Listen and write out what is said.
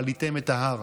ועליתם את ההר".